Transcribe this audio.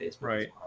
right